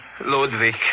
Ludwig